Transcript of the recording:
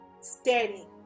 steady